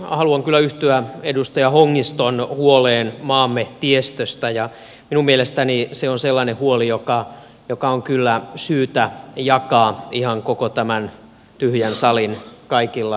haluan kyllä yhtyä edustaja hongiston huoleen maamme tiestöstä ja minun mielestäni se on sellainen huoli joka on kyllä syytä jakaa ihan koko tämän tyhjän salin kaikilla reunoilla